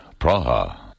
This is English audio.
Praha